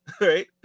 right